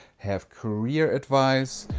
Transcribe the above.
have career advice.